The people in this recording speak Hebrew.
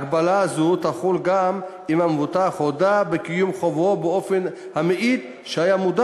הגבלה זו תחול גם אם המבוטח הודה בקיום חובו באופן המעיד שהיה מודע